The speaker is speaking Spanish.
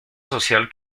social